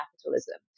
capitalism